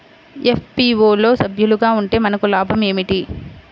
FPO లో సభ్యులుగా ఉంటే మనకు లాభం ఏమిటి?